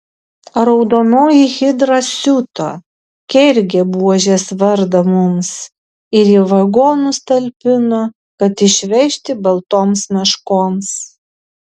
raudonoji hidra siuto kergė buožės vardą mums ir į vagonus talpino kad išvežti baltoms meškoms